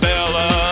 Bella